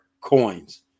coins